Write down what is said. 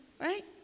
right